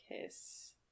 kiss